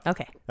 Okay